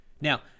Now